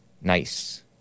nice